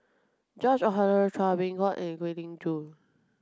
George Oehlers Chua Beng Huat and Kwek Leng Joo